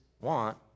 want